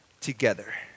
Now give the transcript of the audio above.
together